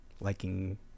liking